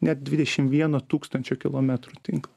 net dvidešim vieno tūkstančio kilometrų tinklą